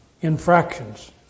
infractions